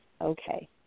Okay